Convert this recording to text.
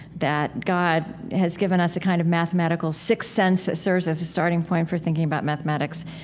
that god has given us a kind of mathematical sixth sense that serves as a starting point for thinking about mathematics.